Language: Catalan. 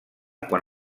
quan